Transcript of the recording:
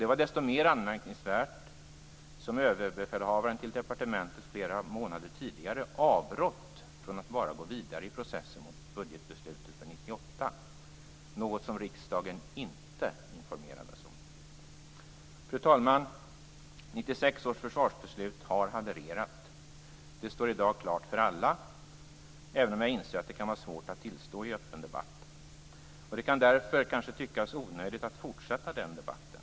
Det var desto mer anmärkningsvärt som överbefälhavaren till departementet flera månader tidigare avrått från att bara gå vidare i budgetprocessen för 1998, något som riksdagen inte informerades om. Fru talman! 1996 års försvarsbeslut har havererat. Det står i dag klart för alla, även om jag kan inse att det kan vara svårt att tillstå i öppen debatt. Det kan därför kanske tyckas onödigt att fortsätta den debatten.